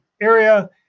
area